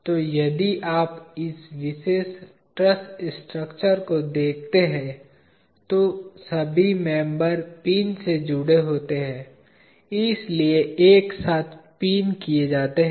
तो यदि आप इस विशेष ट्रस स्ट्रक्चर को देखते हैं तो सभी मेंबर पिन से जुड़े होते हैं इसलिए एक साथ पिन किए जाते हैं